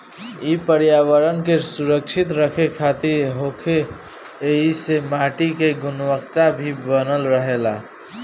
इ पर्यावरण के सुरक्षित रखे खातिर होला ऐइसे माटी के गुणवता भी बनल रहेला